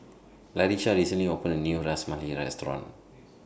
Laisha recently opened A New Ras Malai Restaurant